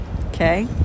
okay